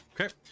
Okay